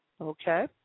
Okay